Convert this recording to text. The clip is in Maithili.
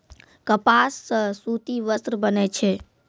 कपास सॅ सूती वस्त्र बनै छै